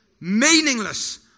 meaningless